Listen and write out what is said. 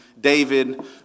David